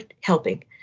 helping